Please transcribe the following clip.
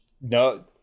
No